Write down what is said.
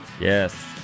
Yes